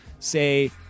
Say